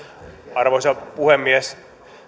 arvoisa puhemies